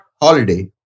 holiday